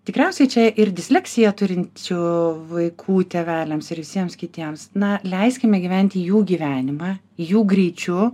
tikriausiai čia ir disleksiją turinčių vaikų tėveliams ir visiems kitiems na leiskime gyventi jų gyvenimą jų greičiu